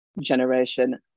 generation